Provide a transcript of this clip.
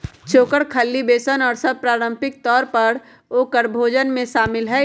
चोकर, खल्ली, बेसन और सब पारम्परिक तौर पर औकर भोजन में शामिल हई